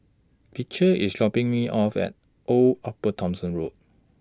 Beecher IS dropping Me off At Old Upper Thomson Road